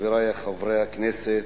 חברי חברי הכנסת,